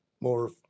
more